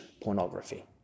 pornography